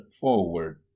forward